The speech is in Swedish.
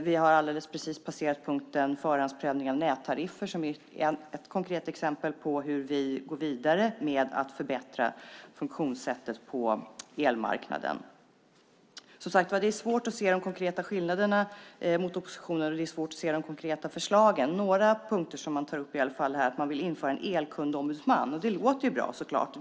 Vi har precis passerat punkten förhandsprövning av nättariffer - ett konkret exempel på hur vi går vidare med att förbättra funktionssättet på elmarknaden. Det är, som sagt, svårt att se konkreta skillnader i förhållande till oppositionen. Det är också svårt att se de konkreta förslagen. Men en av de punkter som tas upp är i alla fall att man vill att en elkundombudsman införs. Det låter självklart bra.